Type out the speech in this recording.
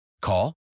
Call